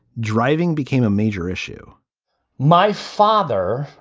driving became a major issue my father,